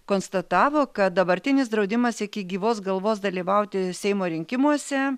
konstatavo kad dabartinis draudimas iki gyvos galvos dalyvauti seimo rinkimuose